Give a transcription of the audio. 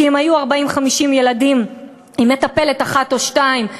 כי הם היו 50-40 ילדים עם מטפלת אחת או שתיים,